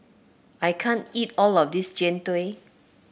I can't eat all of this Jian Dui